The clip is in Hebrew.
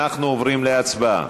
אנחנו עוברים להצבעה.